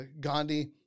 Gandhi